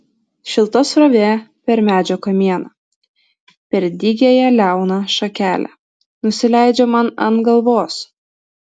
šilta srovė per medžio kamieną per dygiąją liauną šakelę nusileidžia man ant galvos